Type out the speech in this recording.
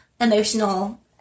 emotional